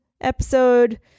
episode